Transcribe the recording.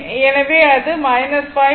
எனவே அது 5 0